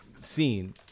scene